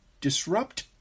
disrupt